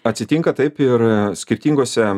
atsitinka taip ir skirtingose